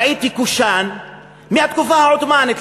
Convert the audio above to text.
ראיתי קושאן מהתקופה העות'מאנית,